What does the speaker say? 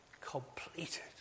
Completed